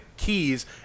Keys